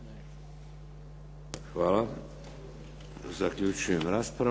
Hvala. Zaključujem raspravu.